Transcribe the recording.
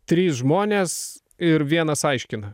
trys žmonės ir vienas aiškina